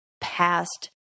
past